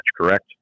correct